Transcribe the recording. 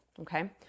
okay